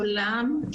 שלום לכולם,